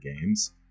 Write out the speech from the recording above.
games